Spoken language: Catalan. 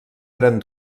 eren